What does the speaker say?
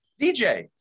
DJ